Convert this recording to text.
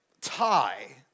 tie